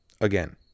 Again